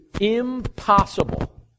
impossible